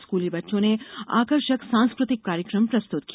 स्कूली बच्चों ने आकर्षक सांस्कृतिक कार्यकम प्रस्तृत किया